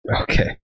okay